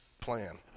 plan